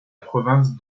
province